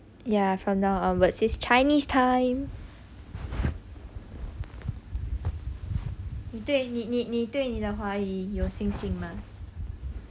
ya from now onwards is chinese time 你对你你你对你的华语信心嘛